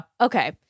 Okay